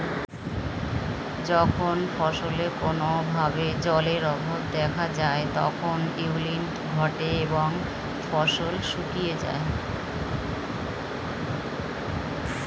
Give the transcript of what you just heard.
যখন ফসলে কোনো ভাবে জলের অভাব দেখা যায় তখন উইল্টিং ঘটে এবং ফসল শুকিয়ে যায়